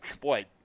Boy